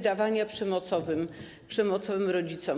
wydawania przemocowym rodzicom.